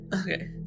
okay